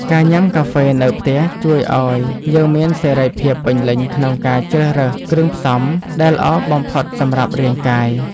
ការញ៉ាំកាហ្វេនៅផ្ទះជួយឱ្យយើងមានសេរីភាពពេញលេញក្នុងការជ្រើសរើសគ្រឿងផ្សំដែលល្អបំផុតសម្រាប់រាងកាយ។